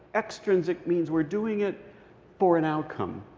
extrinsic means we're doing it for an outcome.